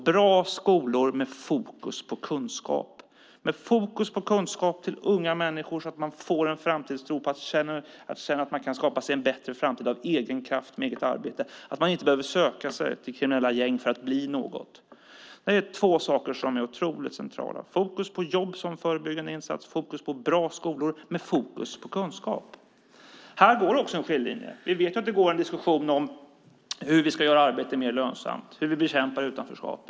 Det ska vara bra skolor med fokus på kunskap till unga människor så att de får en framtidstro och känner att de kan skapa sig en bättre framtid av egen kraft med eget arbete och att de inte behöver söka sig till kriminella gäng för att bli någon. Detta är två saker som jag tror är centrala: fokus på jobb som förebyggande insats och fokus på bra skolor med fokus på kunskap. Här går också en skiljelinje. Vi vet att det förs en diskussion om hur vi ska göra arbete mer lönsamt och hur vi ska bekämpa utanförskapet.